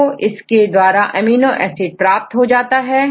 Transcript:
आप को इस के द्वारा एमिनो एसिड प्राप्त हो जाता है